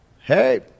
Hey